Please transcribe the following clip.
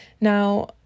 Now